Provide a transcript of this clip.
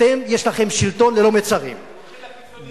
אתם, יש לכם שלטון ללא מצרים, הולכים לקיצוניות.